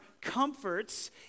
comforts